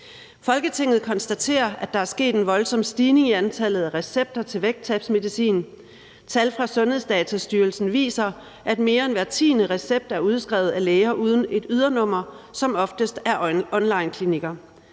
»Folketinget konstaterer, at der er sket en voldsom stigning i antallet af recepter til vægttabsmedicin. Tal fra Sundhedsdatastyrelsen viser, at mere end hver 10. recept er udskrevet af læger uden et ydernummer, som oftest er onlineklinikker.